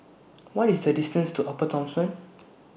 What IS The distance to Upper Thomson